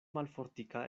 malfortika